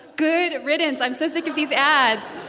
good riddance. i'm so sick of these ads.